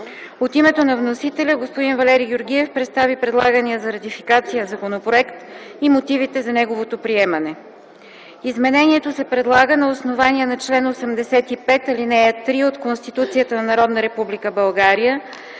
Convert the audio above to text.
От името на вносителя господин Валери Георгиев представи предлагания за ратификация законопроект и мотивите за неговото приемане. Изменението се предлага на основание чл. 85, ал. 3 от Конституцията на Народна република България,